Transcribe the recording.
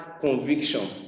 conviction